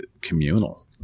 communal